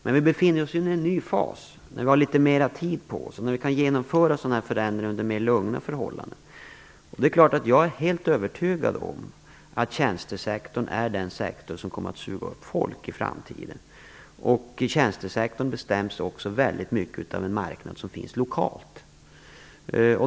Men jag är helt övertygad om att när vi befinner oss i en ny fas, har litet mera tid på oss och kan genomföra sådana här förändringar under mer lugna förhållanden, är tjänstesektorn den sektor som i framtiden kommer att suga upp folk. Tjänstesektorn bestäms också väldigt mycket av den marknad som finns lokalt.